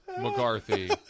McCarthy